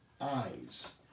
eyes